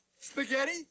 spaghetti